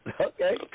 Okay